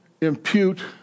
impute